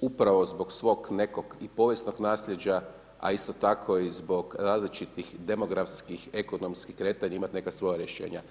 upravo zbog svoj nekog i povijesnog nasljeđa, a isto tako i zbog različitih demografskih, ekonomskih kretanja imat neka svoja rješenja.